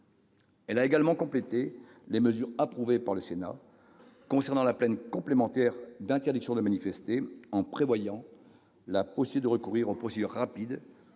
Elle a également complété les mesures approuvées par le Sénat concernant la peine complémentaire d'interdiction de manifester, en prévoyant la possibilité de recourir aux procédures rapides